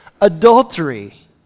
adultery